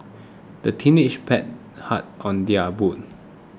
the teenagers paddled hard on their boat